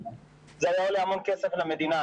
זה היה עולה המון כסף למדינה,